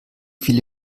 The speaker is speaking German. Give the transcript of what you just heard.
viele